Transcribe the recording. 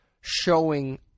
showing